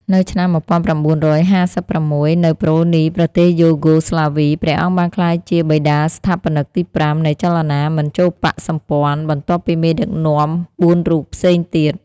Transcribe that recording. នៅឆ្នាំ១៩៥៦ នៅ ប្រ៊ូនី ប្រទេសយូហ្គោស្លាវី ព្រះអង្គបានក្លាយជាបិតាស្ថាបនិកទី៥ នៃចលនាមិនចូលបក្សសម្ព័ន្ធ បន្ទាប់ពីមេដឹកនាំ៤រូបផ្សេងទៀត។